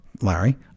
larry